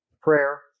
Prayer